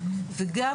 וגם,